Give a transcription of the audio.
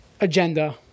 agenda